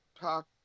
talk